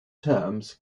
terms